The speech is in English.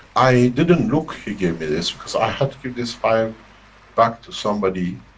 i didn't look he gave me this, because i have to give this five back to somebody,